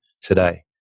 today